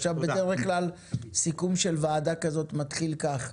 עכשיו בדרך כלל סיכום של ועדה כזאת מתחיל כך.